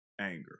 anger